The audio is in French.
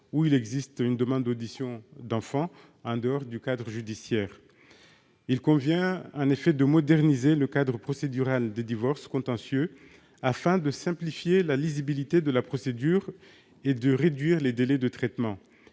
il existe une demande d'audition d'enfant, en dehors du cadre judiciaire. Il convient en effet de moderniser le cadre procédural des divorces contentieux afin d'améliorer la lisibilité de la procédure et de réduire les délais de traitement.